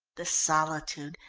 the solitude,